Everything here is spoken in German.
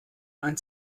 ein